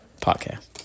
Podcast